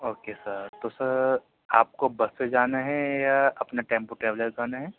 okay sir تو sir آپ کو بس سے جانا ہے یا اپنا ٹیمپو ٹریویلر کرنا ہے